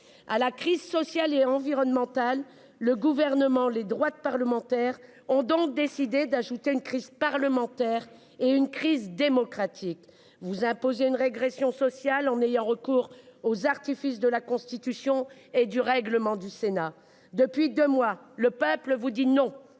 À la crise sociale et environnementale, le Gouvernement et les droites parlementaires ont donc décidé d'ajouter une crise parlementaire et une crise démocratique. Vous imposez une régression sociale en ayant recours aux artifices de la Constitution et du règlement du Sénat. Depuis deux mois, le peuple vous dit non.